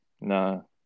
No